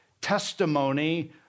testimony